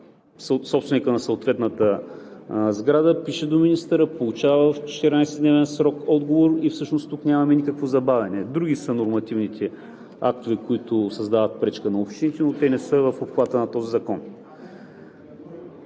собственикът на съответната сграда пише до министъра, получава в 14-дневен срок отговор и всъщност тук нямаме никакво забавяне. Други са нормативните актове, които създават пречка на общините, но те не са в обхвата на този закон.